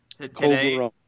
Today